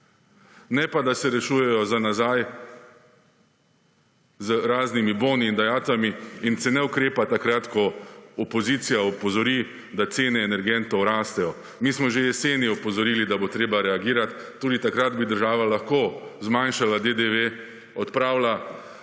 Ne pa da se rešujejo za nazaj z raznimi boni in dajatvami in se ne ukrepa takrat, ko opozicija opozori, da cene energentov rastejo. Mi smo že jeseni opozorili, da bo treba reagirati. Tudi takrat bi država lahko zmanjšala DDV, odpravila